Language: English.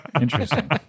Interesting